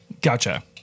Gotcha